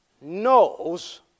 knows